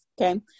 Okay